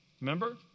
Remember